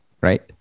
right